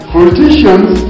Politicians